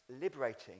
liberating